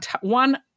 one